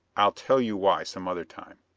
i'll tell you why some other time.